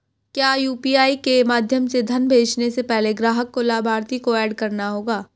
क्या यू.पी.आई के माध्यम से धन भेजने से पहले ग्राहक को लाभार्थी को एड करना होगा?